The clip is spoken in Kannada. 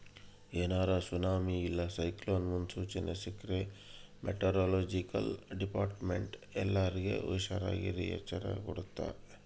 ಏನಾರ ಸುನಾಮಿ ಇಲ್ಲ ಸೈಕ್ಲೋನ್ ಮುನ್ಸೂಚನೆ ಸಿಕ್ರ್ಕ ಮೆಟೆರೊಲೊಜಿಕಲ್ ಡಿಪಾರ್ಟ್ಮೆಂಟ್ನ ಎಲ್ಲರ್ಗೆ ಹುಷಾರಿರಾಕ ಎಚ್ಚರಿಕೆ ಕೊಡ್ತತೆ